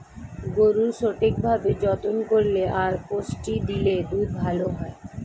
গরুর সঠিক ভাবে যত্ন করলে আর পুষ্টি দিলে দুধ ভালো হয়